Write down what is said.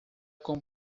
com